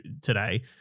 today